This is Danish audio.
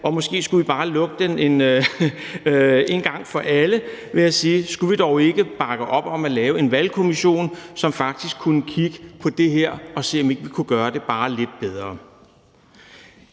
og måske skulle vi bare lukke den en gang for alle ved at sige: Skulle vi dog ikke at bakke op om at lave en valgkommission, som faktisk kunne kigge på det her og se, om vi ikke kunne gøre det bare lidt bedre?